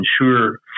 ensure